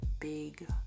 big